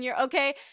Okay